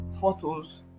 photos